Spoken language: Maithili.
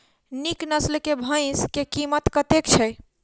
नीक नस्ल केँ भैंस केँ कीमत कतेक छै?